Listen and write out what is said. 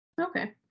Okay